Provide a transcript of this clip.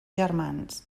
germans